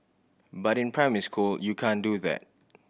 but in primary school you can't do that